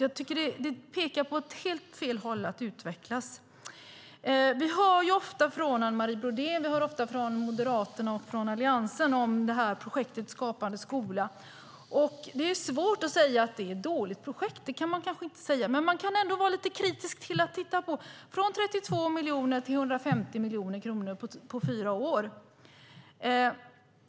Jag tycker att det utvecklas åt helt fel håll. Vi hör ofta från Anne Marie Brodén, Moderaterna och Alliansen om projektet Skapande skola. Det är svårt att säga att det är ett dåligt projekt. Det kan man kanske inte säga. Men man kan ändå vara lite kritisk. Det har gått från 32 miljoner till 150 miljoner kronor på fyra år.